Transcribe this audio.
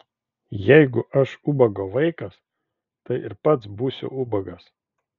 jeigu aš ubago vaikas tai ir pats būsiu ubagas